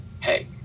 hey